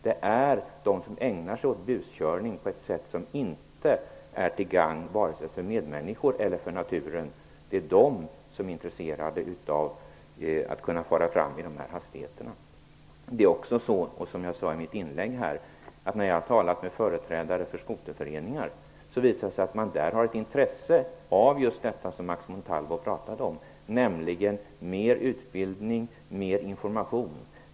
Bara de som ägnar sig åt buskörning på ett sätt som inte är till gagn för vare sig medmänniskor eller naturen är intresserade av att kunna fara fram i de här hastigheterna. Som jag sade i mitt inlägg har företrädare för skoterföreningar sagt mig att man där har intresse av det som Max Montalvo talade om, nämligen mer utbildning och information.